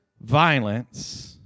violence